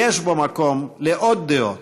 יש בו מקום לעוד דעות,